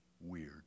weird